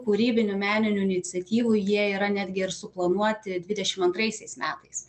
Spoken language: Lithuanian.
kūrybinių meninių iniciatyvų jie yra netgi ir suplanuoti dvidešim antraisiais metais